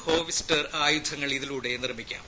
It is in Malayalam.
ഹോവിറ്റ്സർ ആയുധങ്ങൾ ഇതിലൂടെ നിർമ്മിക്കാം